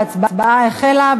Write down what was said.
ההצבעה החלה.